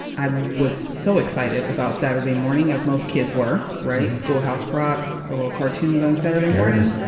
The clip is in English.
i was so excited about saturday morning, as most kids were, right? school house rock, a little cartoons on saturday morning.